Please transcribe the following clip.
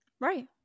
right